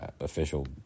official